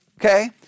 Okay